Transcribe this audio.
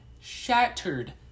Shattered